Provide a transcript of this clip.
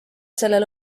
sellel